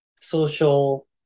social